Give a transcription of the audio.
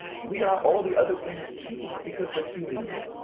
we are all the other things too. because we're human beings.